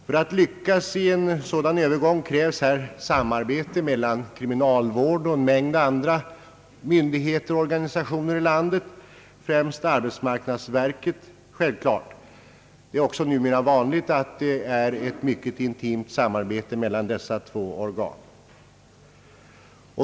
För att lyckas i en sådan övergång krävs här samarbete mellan kriminalvårdsstyrelsen och en mängd andra myndigheter och organisationer i landet, självfallet främst arbetsmarknadsverket. Det är också numera vanligt att det råder ett mycket intimt samarbete mellan dessa två organ.